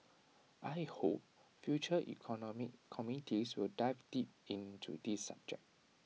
I hope future economic committees will dive deep into this subject